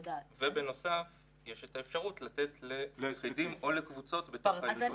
ויש את האפשרות לתת ליחידים או לקבוצות בתוך היישוב.